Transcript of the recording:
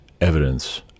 evidence